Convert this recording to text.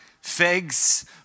figs